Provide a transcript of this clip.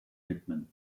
widmen